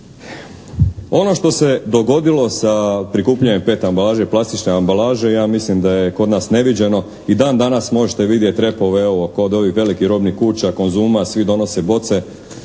Ono što se dogodilo sa prikupljanjem PET ambalaže i plastične ambalaže ja mislim da je kod nas neviđeno. I dan danas možete vidjeti repove, evo, kod ovih velikih robnih kuća, "Konzuma", svi donose boce.